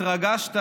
התרגשת